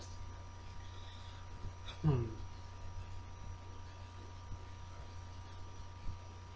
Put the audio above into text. mm